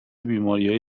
بیماریهای